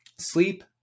sleep